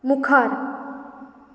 मुखार